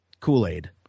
Kool-Aid